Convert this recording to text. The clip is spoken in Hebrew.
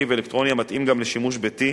חשמלי ואלקטרוני המתאים גם לשימוש ביתי,